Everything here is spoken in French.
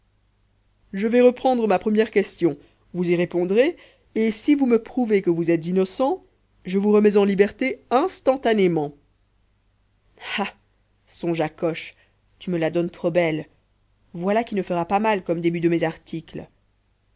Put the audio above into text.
je vais reprendre ma première question vous y répondrez et si vous me prouvez que vous êtes innocent je vous remets en liberté instantanément ah songea coche tu me la donnes trop belle voilà qui ne fera pas mal comme début de mes articles